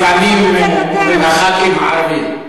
כי לפעמים אומרים "חברי הכנסת הערבים".